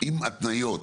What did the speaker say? עם התניות,